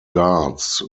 guards